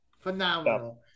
phenomenal